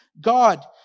God